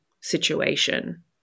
situation